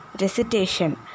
recitation